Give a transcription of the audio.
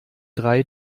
drei